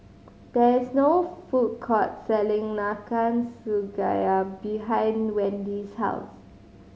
there is no food court selling Nanakusa Gayu behind Wendy's house